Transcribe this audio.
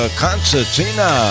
concertina